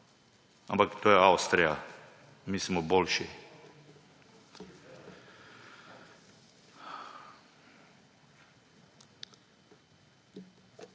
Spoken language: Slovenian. Ampak to je Avstrija, mi smo boljši.